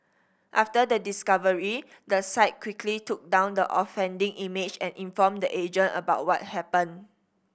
after the discovery the site quickly took down the offending image and informed the agent about what happened